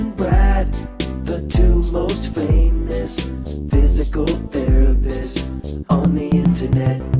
brad the two most famous physical therapists on the internet